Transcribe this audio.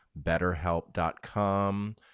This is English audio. betterhelp.com